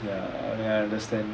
ya I understand